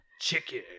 Chicken